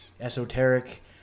esoteric